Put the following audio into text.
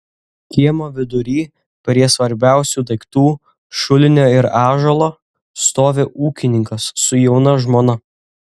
kiemo vidury prie svarbiausių daiktų šulinio ir ąžuolo stovi ūkininkas su jauna žmona